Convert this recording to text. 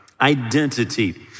identity